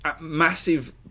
massive